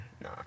Nah